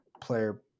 player